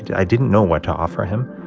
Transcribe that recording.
i didn't know what to offer him.